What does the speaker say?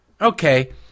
Okay